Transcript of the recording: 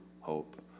hope